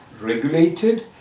regulated